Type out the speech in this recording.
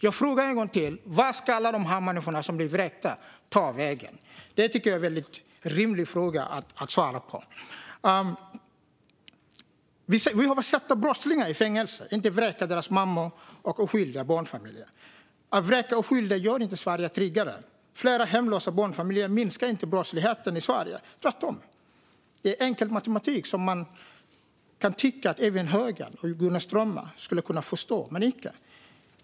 Jag frågar en gång till: Vart ska alla dessa människor som blir vräkta ta vägen? Det tycker jag är en väldigt rimlig fråga att svara på. Vi ska sätta brottslingar i fängelse, inte vräka deras mammor och oskyldiga barnfamiljer. Att vräka oskyldiga gör inte Sverige tryggare. Fler hemlösa barnfamiljer minskar inte brottsligheten i Sverige, tvärtom. Det är enkel matematik som man kan tycka att även högern och Gunnar Strömmer skulle kunna förstå, men icke.